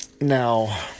Now